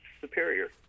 Superior